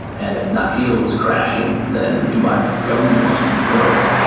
and if nakheel was crashing then the dubai government must be broke,